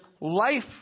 life